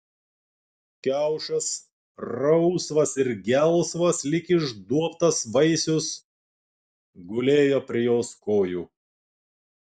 kiaušas rausvas ir gelsvas lyg išduobtas vaisius gulėjo prie jos kojų